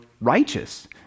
righteous